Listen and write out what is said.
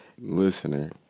Listener